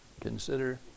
Consider